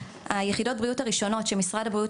היחידות הבריאות הראשונות שמשרד הבריאות